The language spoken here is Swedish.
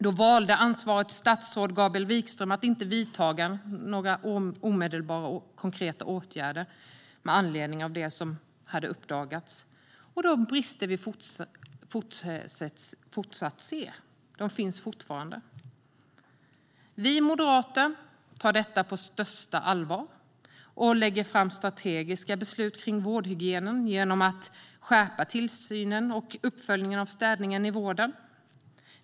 Då valde ansvarigt statsråd Gabriel Wikström att inte vidta några omedelbara konkreta åtgärder med anledning av det som hade uppdagats och de brister som fortfarande finns. Vi i Moderaterna tar detta på största allvar och lägger fram strategiska beslut kring vårdhygien genom att skärpa tillsynen och uppföljningen av städningen i vården.